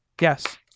yes